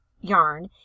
yarn